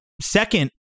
second